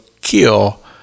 kill